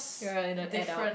you're in a adult